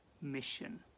mission